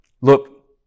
Look